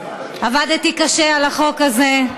עבדתי קשה על החוק הזה.